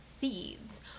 seeds